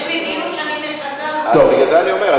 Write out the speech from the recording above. יש לי דיון שאני מחכה, בגלל זה אני אומר.